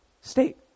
state